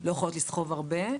לא יכולות לסחוב הרבה.